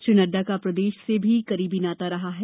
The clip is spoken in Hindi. श्री नडडा का प्रदेश से भी करीबी नाता है